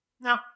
no